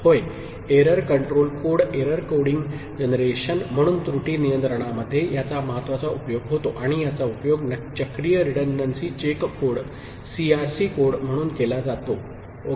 होय error control code error coding generation म्हणून त्रुटी नियंत्रणामध्ये याचा महत्वाचा उपयोग होतो आणि याचा उपयोग चक्रीय रिडंडंसी चेक कोड सीआरसी कोड म्हणून केला जातो ओके